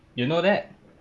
you know that